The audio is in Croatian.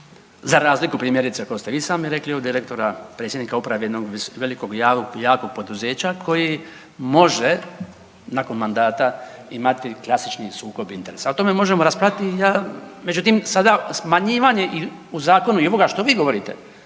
za razliku primjerice od kako ste svi sam rekli od direktora, predsjednika uprave jednog velikog jakog poduzeća koji može nakon mandata imati klasični sukob interesa. O tome možemo raspravljati i ja, međutim smanjivanje u zakonu i ovoga što vi govorite